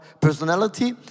personality